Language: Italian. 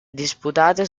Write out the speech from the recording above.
disputate